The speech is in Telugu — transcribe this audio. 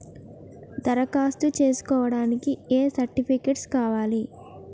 దరఖాస్తు చేస్కోవడానికి ఏ సర్టిఫికేట్స్ కావాలి?